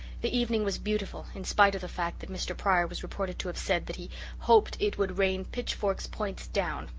the evening was beautiful, in spite of the fact that mr. pryor was reported to have said that he hoped it would rain pitch forks points down,